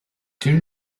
during